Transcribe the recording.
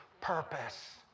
purpose